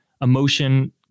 emotion